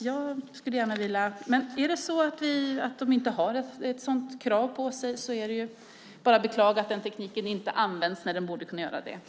Om de inte har ett sådant krav på sig är det bara att beklaga att tekniken inte används när den borde kunna användas.